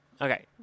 Okay